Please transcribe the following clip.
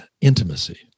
intimacy